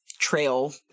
trail